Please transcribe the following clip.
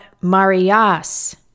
Marias